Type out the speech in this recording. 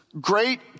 great